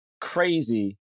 crazy